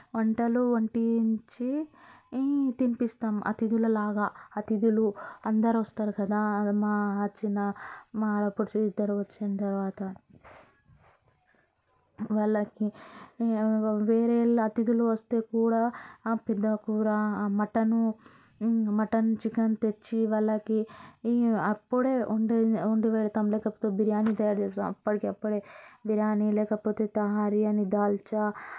వంటలు వండించి తినిపిస్తాం అతిథులలాగా అతిథులు అందరు వస్తారు కదా మా చిన్న మా ఆడపడచులు ఇద్దరు వచ్చిన తర్వాత వాళ్ళకి వేరే అతిథులు వస్తే కూడా ఆ పెద్దకూర మటన్ మటన్ చికెన్ తెచ్చి వాళ్ళకి అప్పుడే వండి వండి పెడతాం లేకపోతే బిర్యానీ చేస్తాం అప్పటికప్పుడు బిర్యానీ లేకపోతే తహారీ అని దాల్చా